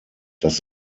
dass